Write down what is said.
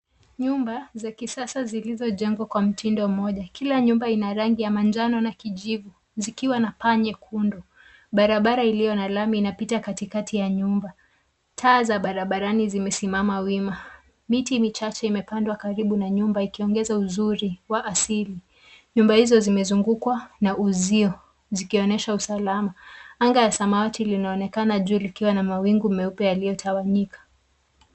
Nyumba za kisasa zilizojengwa kwa mtindo mmoja. Kila nyumba ina rangi ya manjano na kijivu, zikiwa na paa nyekundu. Barabara iliyo na lami inapita katikati ya nyumba. Taa za barabarani zimesimama wima. Miti michache imepandwa karibu na nyumba ikiongeza uzuri wa asili. Nyumba hizo zimezungukwa na uzio zikionyesha usalama. Anga ya samawati linaonekana juu likiwa na mawingu meupe yaliyotawanyika.